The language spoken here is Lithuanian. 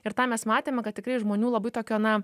ir tą mes matėme kad tikrai žmonių labai tokio na